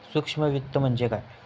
सूक्ष्म वित्त म्हणजे काय?